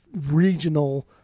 regional